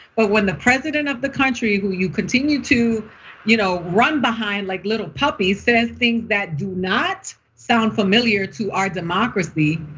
but when the president of the country, who you continue to you know run behind like little puppies, says things that do not sound familiar to our democracy,